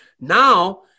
Now